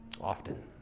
Often